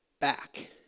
back